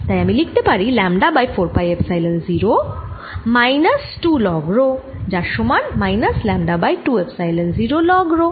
তাই আমি লিখতে পারি lambda by 4 pi epsilon 0 minus 2 log rho যার সমান minus lambda by 2 epsilon 0 log rho